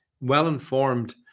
well-informed